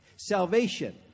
Salvation